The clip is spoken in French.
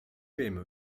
pme